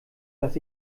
dass